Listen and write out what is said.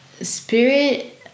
spirit